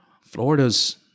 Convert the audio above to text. Florida's